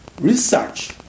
Research